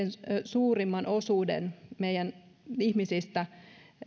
suurimman osuuden ihmisistä